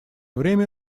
время